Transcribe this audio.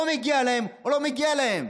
או מגיע להם או לא מגיע להם.